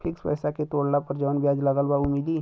Fix पैसा के तोड़ला पर जवन ब्याज लगल बा उ मिली?